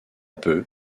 peu